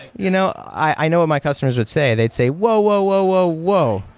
you know i know what my customers would say. they'd say, whoa! whoa! whoa! whoa! whoa.